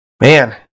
Man